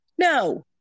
No